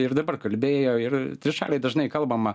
ir dabar kalbėjo ir trišalėj dažnai kalbama